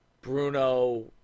Bruno